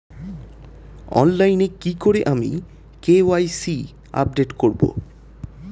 অনলাইনে কি করে আমি কে.ওয়াই.সি আপডেট করব?